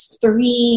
three